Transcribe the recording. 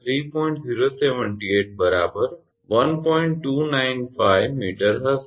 295 𝑚 હશે